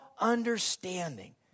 understanding